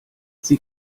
sie